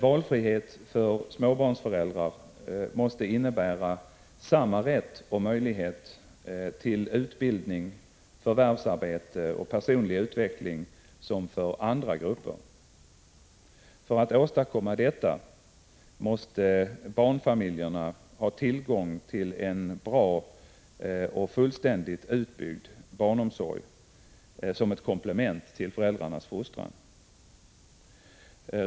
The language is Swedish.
Valfrihet för småbarnsföräldrar måste innebära samma rätt och möjlighet till utbildning, förvärvsarbete och personlig utveckling som för andra grupper. För att åstadkomma detta måste barnfamiljerna ha tillgång till en bra och fullständigt utbyggd barnomsorg som ett komplement till föräldrarnas fostran.